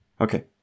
Okay